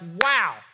wow